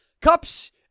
cups